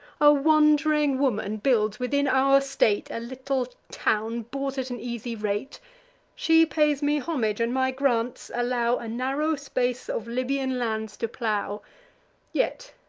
a wand'ring woman builds, within our state, a little town, bought at an easy rate she pays me homage, and my grants allow a narrow space of libyan lands to plow yet,